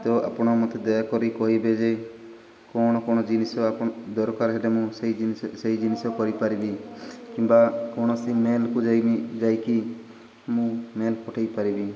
ତ ଆପଣ ମୋତେ ଦୟାକରି କହିବେ ଯେ କ'ଣ କ'ଣ ଜିନିଷ ଆପଣ ଦରକାର ହେଲେ ମୁଁ ସେଇ ଜିନିଷ ସେଇ ଜିନିଷ କରିପାରିବି କିମ୍ବା କୌଣସି ମେଲ୍କୁ ଯାଇି ଯାଇକି ମୁଁ ମେଲ୍ ପଠାଇ ପାରିବି